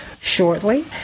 shortly